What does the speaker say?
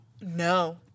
No